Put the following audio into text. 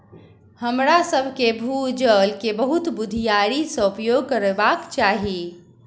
हमरासभ के भू जल के बहुत बुधियारी से उपयोग करबाक चाही